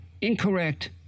incorrect